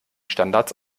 standards